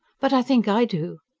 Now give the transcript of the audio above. but i think i do.